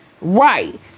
right